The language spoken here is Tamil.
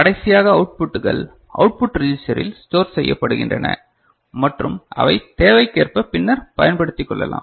கடைசியாக அவுட்புட்டுகள் அவுட்புட் ரிஜிஸ்டரில் ஸ்டோர் செய்யப்படுகின்றன மற்றும் அவை தேவைக்கேற்ப பின்னர் பயன்படுத்திக் கொள்ளலாம்